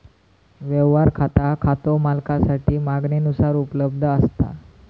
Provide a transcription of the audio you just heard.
व्यवहार खाता खातो मालकासाठी मागणीनुसार उपलब्ध असता